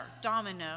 domino